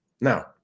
Now